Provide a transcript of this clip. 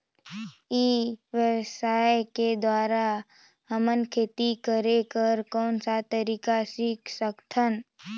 ई व्यवसाय के द्वारा हमन खेती करे कर कौन का तरीका सीख सकत हन?